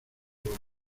los